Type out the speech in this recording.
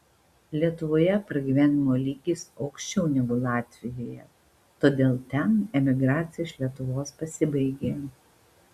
lietuvoje pragyvenimo lygis aukščiau negu latvijoje todėl ten emigracija iš lietuvos pasibaigė